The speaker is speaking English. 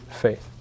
faith